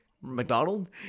McDonald